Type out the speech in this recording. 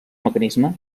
mecanisme